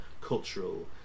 cultural